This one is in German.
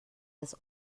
des